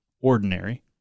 ordinary